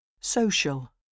Social